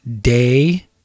day